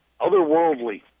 otherworldly